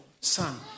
son